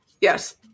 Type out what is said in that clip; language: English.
Yes